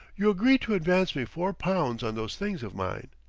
you agreed to advance me four pounds on those things of mine.